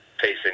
facing